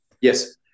yes